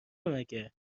مگه